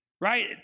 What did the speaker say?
Right